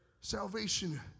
Salvation